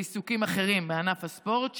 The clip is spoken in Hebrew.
בעיסוקים אחרים מענף הספורט,